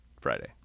Friday